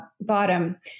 bottom